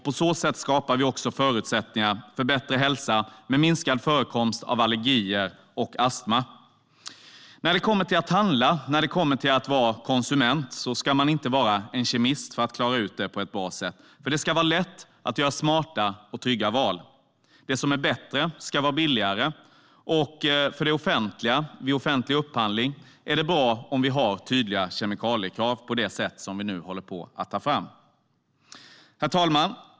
På så sätt skapar vi förutsättningar för en bättre hälsa med minskad förekomst av allergier och astma. Som konsument ska man inte behöva vara kemist för att klara ut inköpen på ett bra sätt. Det ska vara lätt att göra smarta och trygga val. Det som är bättre ska vara billigare. Och för det offentliga är det bra om vi har tydliga kemikaliekrav vid offentlig upphandling, vilket vi nu håller på att ta fram. Herr talman!